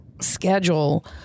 schedule